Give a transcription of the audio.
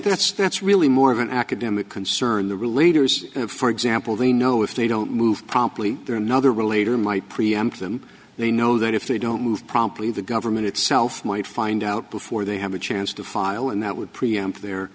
that's that's really more of an academic concern the relievers for example they know if they don't move promptly there another relator might preempt them they know that if they don't move promptly the government itself might find out before they have a chance to file and that would preempt their